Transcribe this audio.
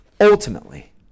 ultimately